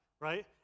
right